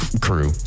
crew